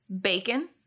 Bacon